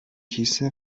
کیسه